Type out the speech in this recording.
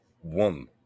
one